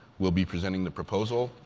will be presenting the proposal.